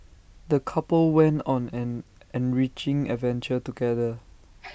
the couple went on an enriching adventure together